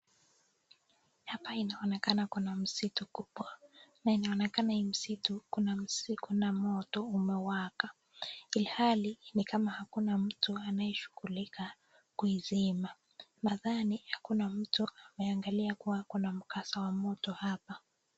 Hapa inaonekana kuna msitu kubwa na inaonekana hii msitu kuna moto umewaka, ilhali ni kama hakuna mtu anayeshughulika kuizima. Nadhani hakuna mtu ameangalia kuwa kuna mkasa wa moto hapa.